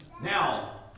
Now